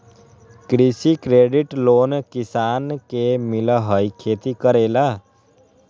कृषि credit loan किसान के मिलहई खेती करेला?